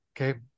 Okay